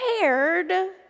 prepared